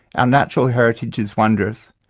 our natural heritage is wondrous,